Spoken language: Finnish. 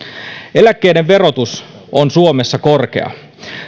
eläkkeiden verotus on suomessa korkea